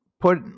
put